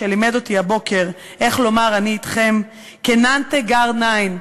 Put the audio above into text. שלימד אותי הבוקר איך לומר "אני אתכם": קנאנטה גאר ניין,